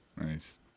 Nice